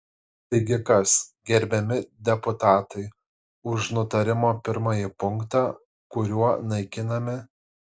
taigi kas gerbiami deputatai už nutarimo pirmąjį punktą kuriuo naikinami